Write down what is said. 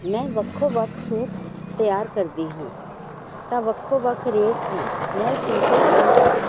ਮੈਂ ਵੱਖੋ ਵੱਖ ਸੂਟ ਤਿਆਰ ਕਰਦੀ ਹਾਂ ਤਾਂ ਵੱਖੋ ਵੱਖ ਰੇਟ ਹੈ ਮੈਂ ਸਿੰਪਲ ਸੂਟ ਦਾ